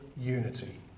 unity